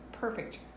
perfect